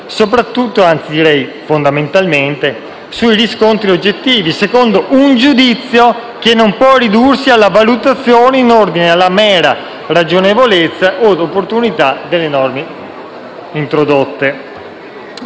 ovviamente fondarsi soprattutto su riscontri oggettivi, secondo un giudizio che non può ridursi alla valutazione in ordine alla mera ragionevolezza od opportunità delle norme introdotte.